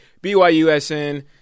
BYUSN